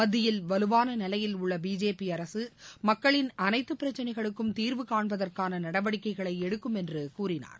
மத்தியில் வலுவான நிலையில் உள்ள பிஜேபி அரசு மக்களின் அனைத்து பிரச்சனைகளுக்கும் தீர்வு காண்பதற்கான நடவடிக்கைகளை எடுக்கும் என்று கூறினார்